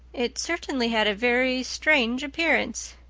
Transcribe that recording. it certainly had a very strange appearance.